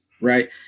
Right